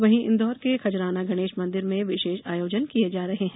वहीं इन्दौर के खजराना गणेश मंदिर में विशेष आयोजन किये जा रहे हैं